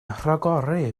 rhagori